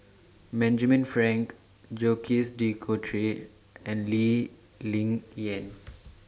Benjamin Frank Jacques De Coutre and Lee Ling Yen